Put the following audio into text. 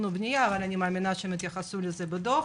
ובנייה ואני מאמינה שהם יתייחסו לזה בדו"ח.